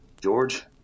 George